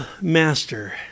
master